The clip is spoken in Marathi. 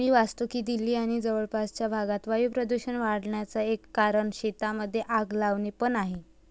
मी वाचतो की दिल्ली आणि जवळपासच्या भागात वायू प्रदूषण वाढन्याचा एक कारण शेतांमध्ये आग लावणे पण आहे